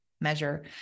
measure